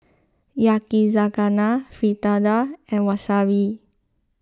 Yakizakana Fritada and Wasabi